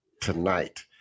tonight